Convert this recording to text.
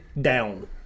down